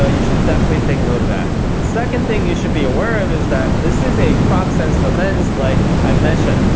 ah you should definitely take note of that. second thing you should be aware of is that this is a crop sensor lens like i mentioned.